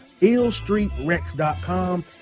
illstreetrex.com